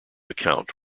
account